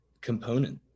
component